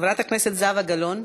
חברת הכנסת זהבה גלאון.